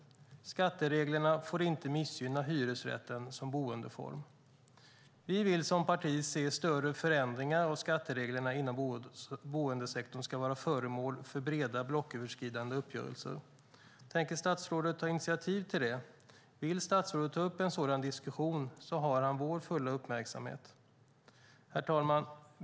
Skattereglerna får inte missgynna hyresrätten som boendeform. Vi vill som parti se att större förändringar av skattereglerna inom boendesektorn ska vara föremål för breda blocköverskridande uppgörelser. Tänker statsrådet ta initiativ till det? Vill statsrådet ta upp en sådan diskussion har han vår fulla uppmärksamhet. Herr talman!